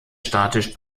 statisch